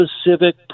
specific